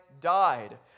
died